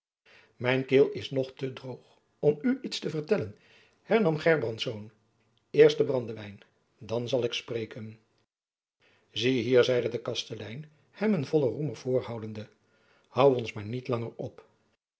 mijn keel is nog te droog om u iets te vertellen hernam gerbrandsz eerst den brandewijn dan zal ik spreken zie hier zeide de kastelein hem een vollen roemer voorhoudende hoû ons maar niet langer op